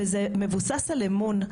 וזה מבוסס על אמון.